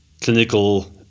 clinical